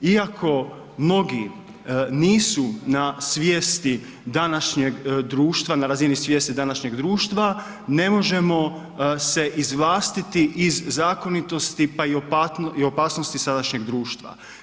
Iako mnogi nisu na svijesti današnjeg društva, na razini svijesti današnjeg društva, ne možemo se izvlastiti iz zakonitosti, pa i opasnosti sadašnjeg društva.